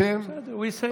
בסדר, הוא יסיים.